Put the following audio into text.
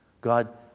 God